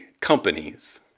companies